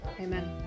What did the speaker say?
amen